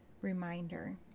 reminder